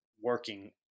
working